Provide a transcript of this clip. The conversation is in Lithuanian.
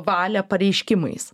valią pareiškimais